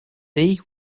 dee